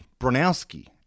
Bronowski